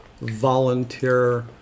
volunteer